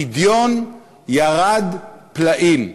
הפדיון ירד פלאים.